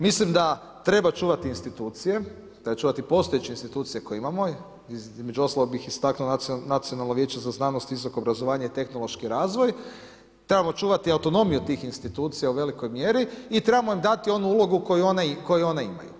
Mislim da treba čuvati institucije, čuvati postojeće institucije koje imamo, između ostalih bih istaknuo Nacionalno vijeće za znanost, visoko obrazovanje i tehnološki razvoj, trebamo čuvati autonomiju tih institucija u velikoj mjeri i trebamo im dati onu ulogu koju one imaju.